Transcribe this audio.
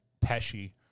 Pesci